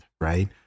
right